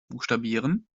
buchstabieren